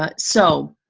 ah so,